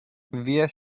wir